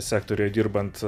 sektoriuje dirbant